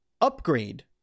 upgrade